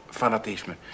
fanatisme